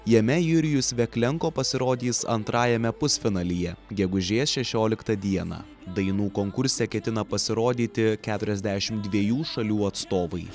jame jurijus veklenko pasirodys antrajame pusfinalyje gegužės šešioliktą dieną dainų konkurse ketina pasirodyti keturiasdešimt dviejų šalių atstovai